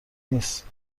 نیست